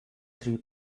three